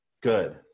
Good